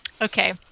Okay